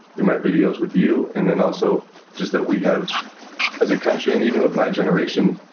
through my videos, with you, and then also just that we have as a country, and even with my generation,